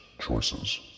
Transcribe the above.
choices